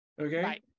okay